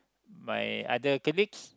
my other colleagues